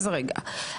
אז רגע,